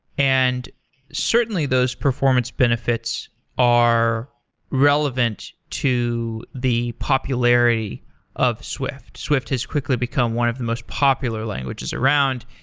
and certainly, those performance benefits are relevant to the popularity of swift. swift has quickly become one of the most popular languages around.